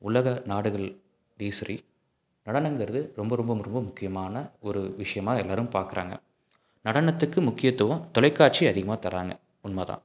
உலக நாடுகள்லேயும் சரி நடனங்கிறது ரொம்ப ரொம்ப ரொம்ப முக்கியமான ஒரு விஷயமா எல்லாேரும் பார்க்குறாங்க நடனத்துக்கு முக்கியத்துவம் தொலைக்காட்சி அதிகமாக தராங்க உண்மைதான்